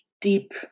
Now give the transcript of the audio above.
deep